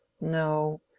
No